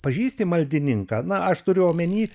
pažįsti maldininką na aš turiu omeny